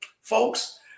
folks